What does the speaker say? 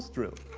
drill.